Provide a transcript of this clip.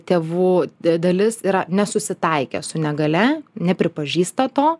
tėvų dalis yra nesusitaikę su negalia nepripažįsta to